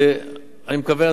אני מקווה,